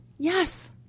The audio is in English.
Yes